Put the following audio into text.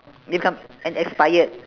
and expired